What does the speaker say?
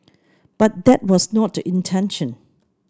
but that was not the intention